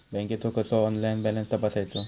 बँकेचो कसो online balance तपासायचो?